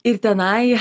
ir tenai